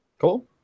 Cool